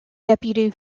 deputy